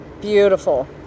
beautiful